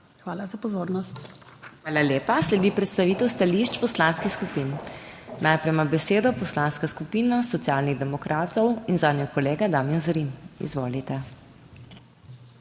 MAG. MEIRA HOT:** Hvala lepa. Sledi predstavitev stališč poslanskih skupin. Najprej ima besedo Poslanska skupina Socialnih demokratov in zanjo kolega Damijan Zrim. Izvolite.